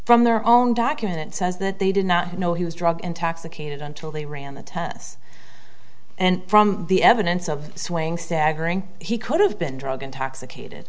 from their own documents says that they did not know he was drugged intoxicated until they ran the tests and from the evidence of swing staggering he could have been drugged intoxicated